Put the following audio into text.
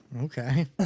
okay